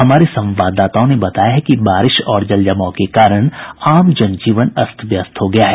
हमारे संवाददाताओं ने बताया है कि बारिश और जलजमाव के कारण आम जनजीवन अस्त व्यस्त हो गया है